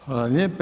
Hvala lijepo.